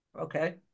Okay